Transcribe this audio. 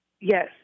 Yes